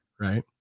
right